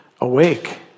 Awake